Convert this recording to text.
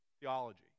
theology